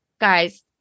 guys